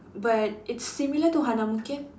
but it's similar to Hanamuke